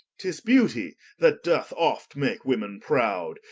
tis beautie that doth oft make women prowd,